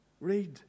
read